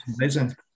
amazing